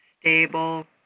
stable